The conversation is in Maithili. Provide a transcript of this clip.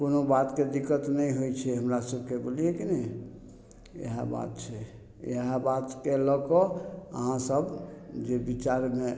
कोनो बातके दिक्कत नहि होइ छै हमरा सबके बुझलियै की नहि इएह बात छै इएह बातके लअ कऽ अहाँ सब जे विचारमे